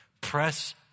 Press